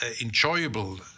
enjoyable